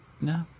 No